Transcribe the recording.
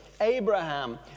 Abraham